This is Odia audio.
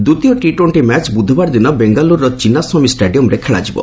ଦ୍ୱିତୀୟ ଟି ଟୋଙ୍କା ମ୍ୟାଚ୍ ବୁଧବାର ଦିନ ବେଙ୍ଗାଲୁରୁର ଚିନ୍ନାସ୍ୱାମୀ ଷ୍ଟାଡିୟମ୍ଠାରେ ଖେଳାଯିବ